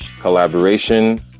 collaboration